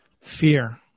Fear